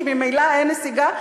כי ממילא אין נסיגה,